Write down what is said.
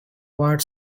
wart